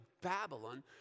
Babylon